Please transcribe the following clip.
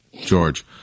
George